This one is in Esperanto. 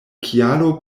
kialo